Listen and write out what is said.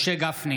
נגד משה גפני,